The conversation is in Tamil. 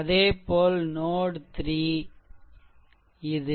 அதேபோல் node 3 இது